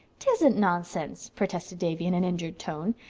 tisn't nonsense, protested davy in an injured tone.